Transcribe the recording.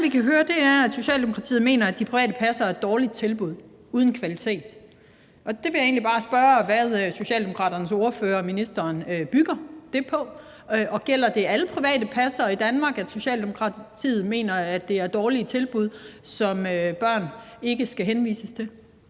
vi kan høre, er, at Socialdemokratiet mener, at de private passere er et dårligt tilbud uden kvalitet. Jeg vil egentlig bare spørge, hvad Socialdemokraternes ordfører og ministeren bygger det på. Og gælder det alle private passere i Danmark, at Socialdemokratiet mener, at det er dårlige tilbud, som børn ikke skal henvises til?